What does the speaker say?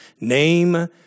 name